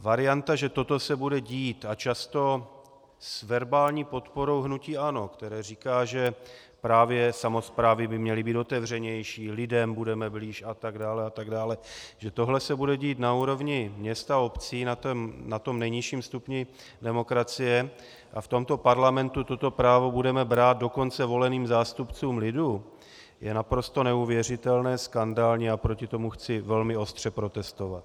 Varianta, že toto se bude dít a často s verbální podporou hnutí ANO, které říká, že právě samosprávy by měly být otevřenější, lidem budeme blíž atd. atd , že tohle se bude dít na úrovni měst a obcí na tom nejnižším stupni demokracie a v tomto parlamentu toto právo budeme brát dokonce voleným zástupcům lidu, je naprosto neuvěřitelné, skandální a proti tomu chci velmi ostře protestovat.